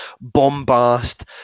bombast